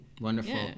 Wonderful